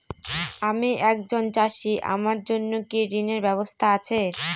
আমি একজন চাষী আমার জন্য কি ঋণের ব্যবস্থা আছে?